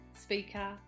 speaker